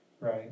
right